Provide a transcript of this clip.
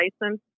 license